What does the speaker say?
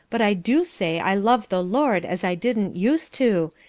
but i do say i love the lord as i didn't used to,